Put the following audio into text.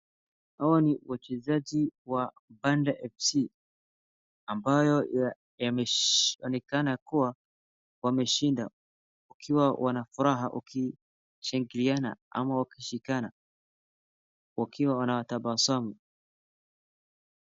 Hawa ni wachezaji BANDA FC, ambayo ya inaonekana kuwa wameshinda wakiwa na furaha ukishangiliana ama wakishikana wakiwa wana watabasamu.